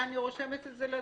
אני רושמת את זה לעצמי,